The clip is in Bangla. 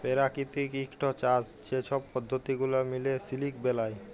পেরাকিতিক ইকট চাষ যে ছব পদ্ধতি গুলা মিলে সিলিক বেলায়